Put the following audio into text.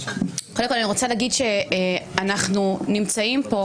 קודם כל אני רוצה להגיד שאנחנו נמצאים פה